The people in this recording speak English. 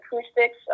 acoustics